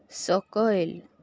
सकयल